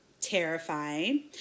terrifying